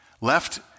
Left